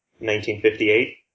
1958